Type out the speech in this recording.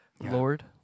Lord